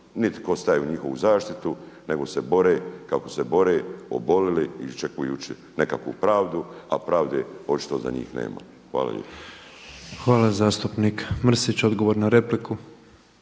niti tko staje u njihovu zaštitu nego se bore kako se bore, oboljeli i iščekujući nekakvu pravdu a pravde očito za njih nema. **Petrov, Božo (MOST)** Hvala. Zastupnik Mrsić, odgovor na repliku.